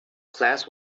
class